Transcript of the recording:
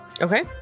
Okay